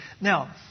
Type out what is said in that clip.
Now